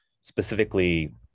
specifically